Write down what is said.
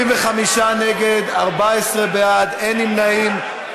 75 נגד, 14 בעד, אין נמנעים.